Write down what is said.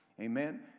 Amen